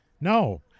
No